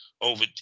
over